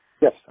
Yes